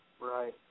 Right